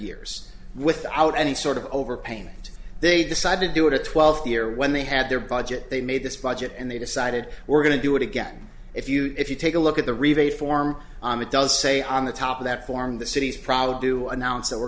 years without any sort of overpayment they decided to do it a twelfth year when they had their budget they made this budget and they decided we're going to do it again if you if you take a look at the rebate form and it does say on the top of that form the city's proud do announce that we're